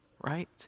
right